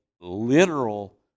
literal